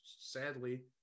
sadly